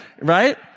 Right